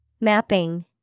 Mapping